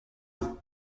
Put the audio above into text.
vous